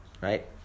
Right